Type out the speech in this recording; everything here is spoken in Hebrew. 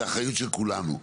זה אחריות של כולנו,